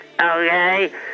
okay